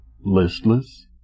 listless